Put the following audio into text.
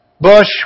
bush